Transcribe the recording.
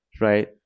Right